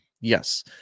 Yes